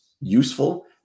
useful